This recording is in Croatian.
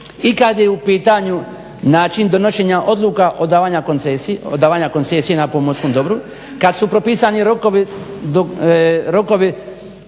i kad je u pitanju način donošenja odluka o davanju koncesije na pomorskom dobru, kad su propisani rokovi